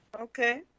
okay